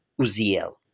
Uziel